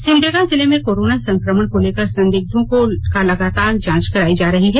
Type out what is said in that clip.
सिमडेगा जिले में कोरोना संकमण को लेकर संदिग्धों की लगातार जांच करायी जा रही है